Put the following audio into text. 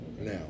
Now